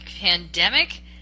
pandemic